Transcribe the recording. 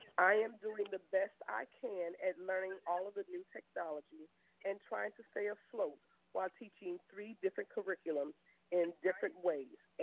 i am doing the best i can at learning all of the new technology and trying to stay afloat while teaching three different curriculums in different ways,